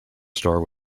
star